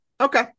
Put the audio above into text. Okay